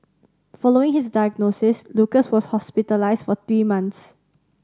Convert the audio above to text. following his diagnosis Lucas was hospitalised for three months